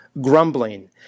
grumbling